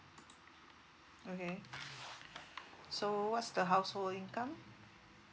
okay so what's the household income